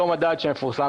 אותו מדד שמפורסם,